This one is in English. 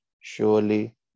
surely